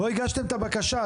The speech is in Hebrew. לא הגשתם את הבקשה,